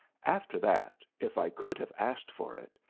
after that, if i could have asked for it,